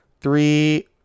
three